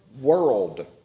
world